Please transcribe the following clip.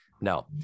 no